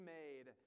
made